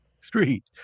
street